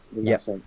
yes